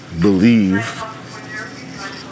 believe